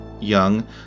young